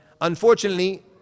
Unfortunately